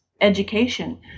education